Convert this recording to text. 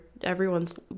everyone's